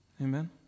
Amen